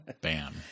bam